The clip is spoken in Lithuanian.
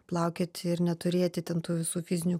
plaukioti ir neturėti ten tų visų fizinių